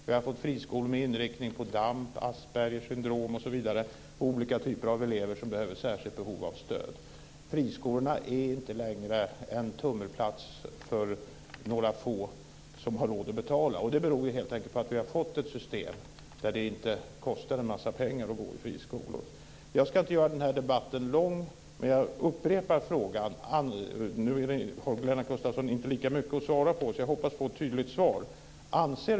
Vi har fått friskolor med inriktning på DAMP, på Aspergers syndrom och på olika typer av elever som har särskilt behov av stöd. Friskolorna är inte längre en tummelplats för några få som har råd att betala. Det beror helt enkelt på att vi har fått ett system där det inte kostar en massa pengar att gå i friskolor. Jag ska inte göra den här debatten lång, men jag upprepar frågan. Nu har Lennart Gustavsson inte lika mycket att svara på, så jag hoppas få ett tydligt svar.